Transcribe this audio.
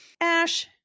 Ash